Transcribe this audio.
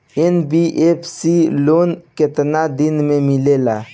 NBFC loan केतना दिन मे मिलेला?